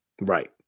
Right